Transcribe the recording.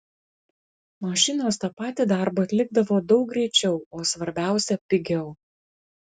mašinos tą patį darbą atlikdavo daug greičiau o svarbiausia pigiau